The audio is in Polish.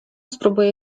spróbuję